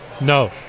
No